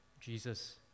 Jesus